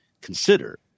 consider